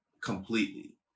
completely